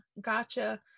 gotcha